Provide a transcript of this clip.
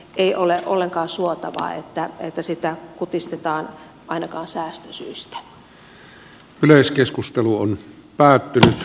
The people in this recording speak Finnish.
ei ole ollenkaan suotavaa että sitä kutistetaan ainakaan säästösyistä